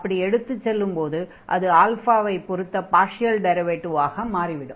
அப்படி எடுத்துச் செல்லும்போது அது ஐ பொருத்த பார்ஷியல் டிரைவேடிவாக மாறி விடும்